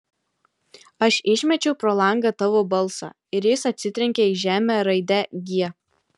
aš išmečiau pro langą tavo balsą ir jis atsitrenkė į žemę raide g